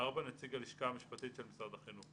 נציג הלשכה המשפטית של משרד החינוך.